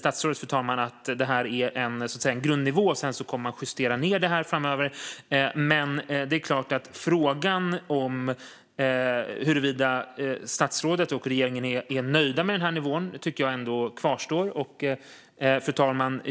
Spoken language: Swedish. Statsrådet säger att detta är en grundnivå och att man kommer att justera ned det framöver, men jag tycker ändå att frågan om huruvida statsrådet och regeringen är nöjda med den här nivån kvarstår. Fru talman!